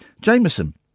jameson